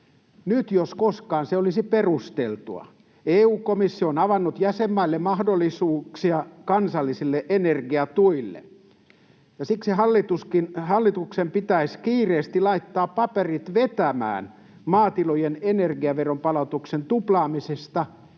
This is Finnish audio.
Nyt jos koskaan se olisi perusteltua. EU-komissio on avannut jäsenmaille mahdollisuuksia kansallisille energiatuille, ja siksi hallituksen pitäisi kiireesti laittaa paperit vetämään maatilojen energiaveron palautuksen tuplaamisesta,